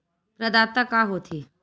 प्रदाता का हो थे?